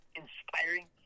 inspiring